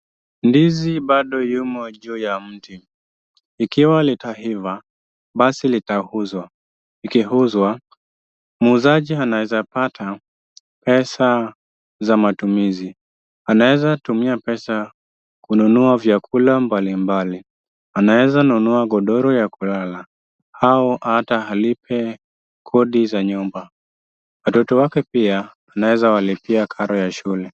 Ndizi bado yumo juu ya mti. Ikiwa litaiva basi litauzwa. Likiuzwa, muuzaji anaweza pata pesa za matumizi. Anaeza tumia pesa kununua vyakula mbalimbali. Anaeza nunua godoro ya kulala au hata alipe kodi za nyumba. Watoto wake pia, anaeza walipia karo ya shule.